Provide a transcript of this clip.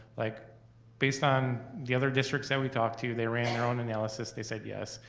like based on the other districts that we talked to, they ran their own analysis, they said yes.